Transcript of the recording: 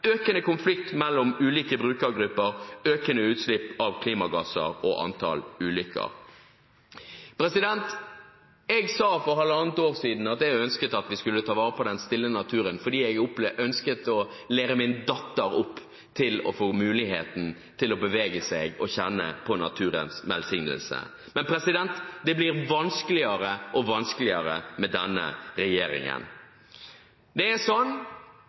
økende konflikt mellom ulike brukergrupper økende utslipp av klimagasser og økende antall ulykker Jeg sa for halvannet år siden at jeg ønsket at vi skulle ta vare på den stille naturen, fordi jeg ønsket å gi min datter muligheten til å bevege seg i naturen og å lære henne opp til å kjenne på naturens velsignelse. Men det blir vanskeligere og vanskeligere med denne regjeringen. Noen prøver å framstille dette som om det bare er